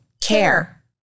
care